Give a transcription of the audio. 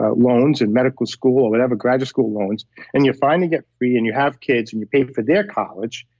but loans and medical school or whatever graduate school loans and you finally get free and you have kids and you pay for their college.